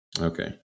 okay